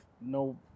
no